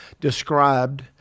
described